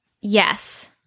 Yes